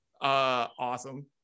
awesome